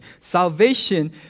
Salvation